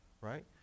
right